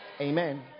Amen